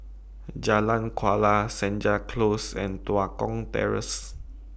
Jalan Kuala Senja Close and Tua Kong Terrace